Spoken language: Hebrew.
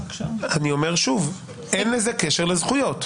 אני אומר שוב: אין לזה קשר לזכויות.